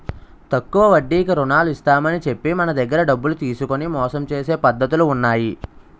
తక్కువ వడ్డీకి రుణాలు ఇస్తామని చెప్పి మన దగ్గర డబ్బులు తీసుకొని మోసం చేసే పద్ధతులు ఉన్నాయి